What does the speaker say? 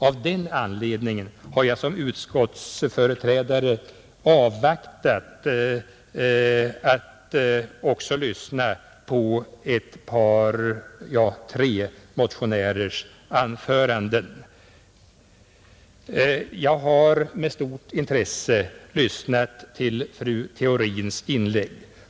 Av den anledningen har jag som utskottsföreträdare avvaktat för att också få lyssna på tre motionärers anföranden. Jag har med stort intresse lyssnat till fru Theorins inlägg.